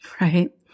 right